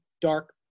dark